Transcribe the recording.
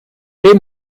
dem